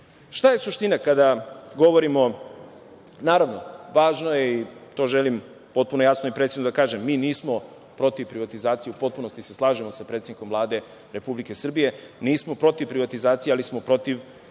razvoj lokalnih samouprava. Naravno, važno je, i to želim potpuno jasno i precizno da kažem, mi nismo protiv privatizacije. U potpunosti se slažemo sa predsednikom Vlade Republike Srbije. Nismo protiv privatizacije, ali smo protiv neuspešne privatizacije.